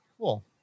Cool